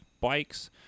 bikes